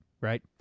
right